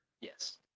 Yes